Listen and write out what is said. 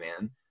man